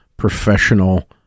Professional